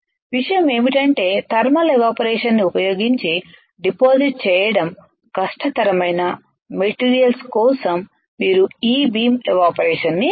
విషయం ఏమిటంటే థర్మల్ ఎవాపరేషన్ని ఉపయోగించి డిపాజిట్ చేయడం కష్టతరమైన మెటీరియల్స్కోసం మీరు ఇ బీమ్ ఎవాపరేషన్ని ఉపయోగించవచ్చు